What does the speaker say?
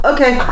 Okay